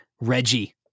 Reggie